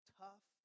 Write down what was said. tough